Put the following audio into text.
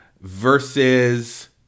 versus